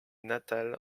natal